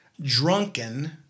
drunken